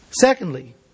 Secondly